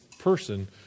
Person